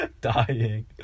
Dying